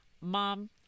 Mom